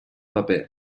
paper